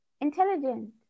intelligent